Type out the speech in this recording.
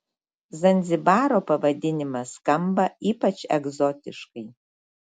zanzibaro pavadinimas skamba ypač egzotiškai